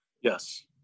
Yes